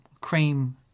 cream